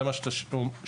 זה מה שאתה שואל.